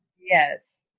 Yes